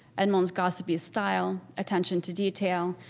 edmond's gossipy style, attention to detail,